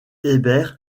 hébert